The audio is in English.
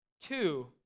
two